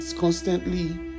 constantly